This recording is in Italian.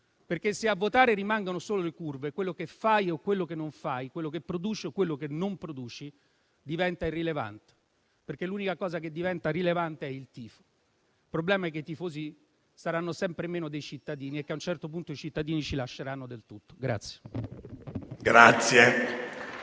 perché, se a votare rimangono solo le curve, quello che fai o non fai, quello che produci o non produci diventa irrilevante, perché l'unica cosa che diventa rilevante è il tifo. Il problema è che i tifosi saranno sempre meno dei cittadini e a un certo punto i cittadini ci lasceranno del tutto.